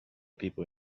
people